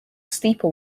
steeper